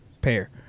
pair